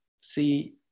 see